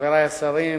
חברי השרים,